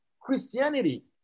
christianity